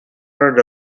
heard